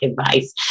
advice